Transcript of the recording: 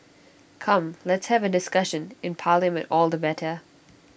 come let's have A discussion in parliament all the better